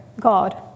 God